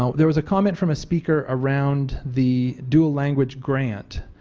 so there was a comment from a speaker around the dual language grant.